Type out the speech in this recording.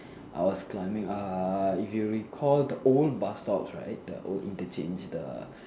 I was climbing uh if you recall the old bus stops right the old interchange the